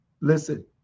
Listen